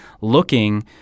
looking